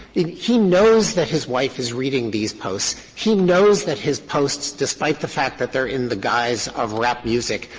he knows that his wife is reading these posts. he knows that his posts, despite the fact that they're in the guise of rap music,